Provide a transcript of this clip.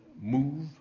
move